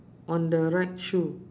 on the right shoe